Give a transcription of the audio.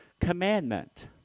commandment